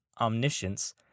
omniscience